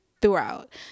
throughout